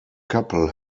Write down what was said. couple